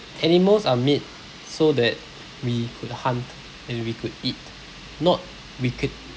animals are made so that we could hunt and we could eat not we could